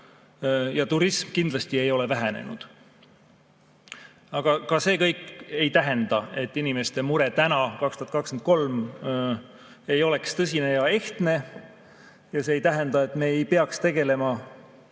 Ja turism kindlasti ei ole vähenenud. Aga see kõik ei tähenda, et inimeste mure täna, 2023, ei oleks tõsine ja ehtne. Ja see ei tähenda, et me ei peaks tegelema